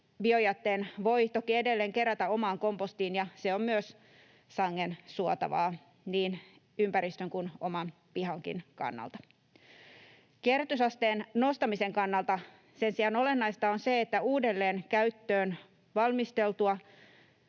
biojätteen voi toki edelleen kerätä omaan kompostiin, ja se on myös sangen suotavaa niin ympäristön kuin oman pihankin kannalta. Kierrätysasteen nostamisen kannalta sen sijaan olennaista on se, että uudelleenkäytön valmistelua